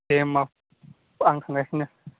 दे होमब्ला आं थांगासिनो